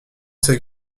sais